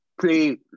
play